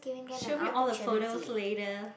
show me all the photos later